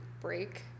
break